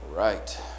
Right